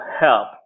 help